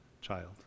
child